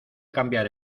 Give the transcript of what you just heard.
cambiar